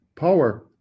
power